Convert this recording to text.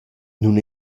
nun